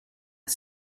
are